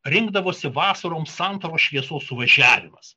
rinkdavosi vasarom santaros šviesos suvažiavimas